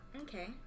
okay